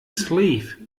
sleeve